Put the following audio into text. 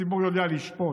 הציבור יודע לשפוט.